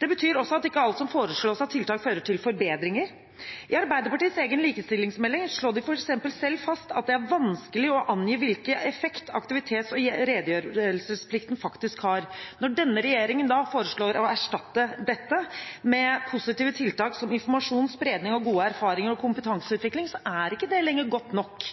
Det betyr også at ikke alt som foreslås av tiltak, fører til forbedringer. I Arbeiderpartiets egen likestillingsmelding, f.eks., slår de selv fast at det er vanskelig å angi hvilken effekt aktivitets- og redegjørelsesplikten faktisk har. Når denne regjeringen foreslår å erstatte dette med positive tiltak som informasjon, spredning av gode erfaringer og kompetanseutvikling, er ikke det lenger godt nok.